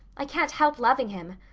i can't help loving him.